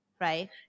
Right